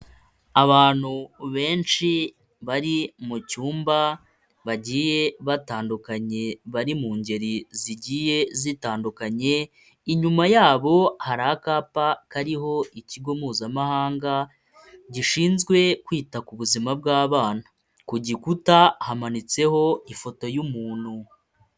Abantu benshi bari mu cyumba bagiye batandukanye bari mu ngeri zigiye zitandukanye, inyuma yabo hari akapa kariho ikigo mpuzamahanga gishinzwe kwita ku buzima bw'abana, ku gikuta hamanitseho ifoto y'umuntu.